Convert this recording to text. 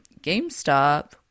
GameStop